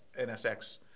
NSX